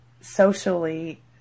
socially